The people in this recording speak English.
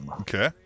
Okay